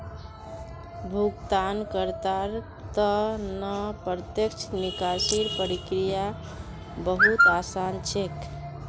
भुगतानकर्तार त न प्रत्यक्ष निकासीर प्रक्रिया बहु त आसान छेक